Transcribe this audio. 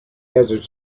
desert